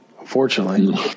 unfortunately